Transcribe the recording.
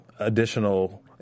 Additional